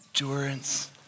endurance